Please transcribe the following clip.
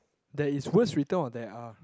there is words written or there are